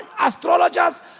astrologers